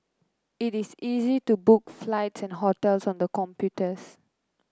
it is easy to book flights and hotels on the computers